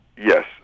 Yes